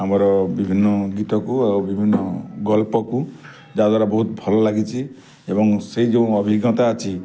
ଆମର ବିଭିନ୍ନ ଗୀତକୁ ଆଉ ବିଭିନ୍ନ ଗଳ୍ପକୁ ଯାହାଦ୍ୱାରା ବହୁତ୍ ଭଲ ଲାଗିଛି ଏବଂ ସେ ଯେଉଁ ଅଭିଜ୍ଞତା ଅଛି